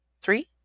Three